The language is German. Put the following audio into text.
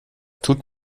tut